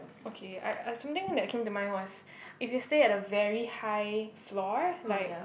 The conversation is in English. okay I I something that came to mind was if you stay at a very high floor like